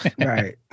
Right